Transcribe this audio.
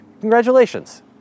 Congratulations